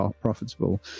profitable